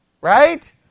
right